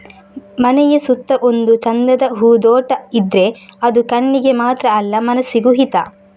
ಮನೆಯ ಸುತ್ತ ಒಂದು ಚಂದದ ಹೂದೋಟ ಇದ್ರೆ ಅದು ಕಣ್ಣಿಗೆ ಮಾತ್ರ ಅಲ್ಲ ಮನಸಿಗೂ ಹಿತ